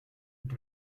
mit